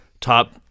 top